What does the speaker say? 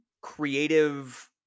creative